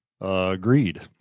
Agreed